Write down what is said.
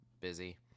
busy